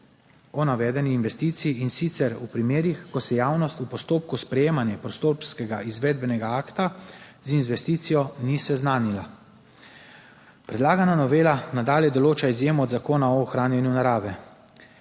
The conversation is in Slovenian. o navedeni investiciji, in sicer v primerih, ko se javnost v postopku sprejemanja prostorskega izvedbenega akta z investicijo ni seznanila. Predlagana novela nadalje določa izjemo od Zakona o ohranjanju narave.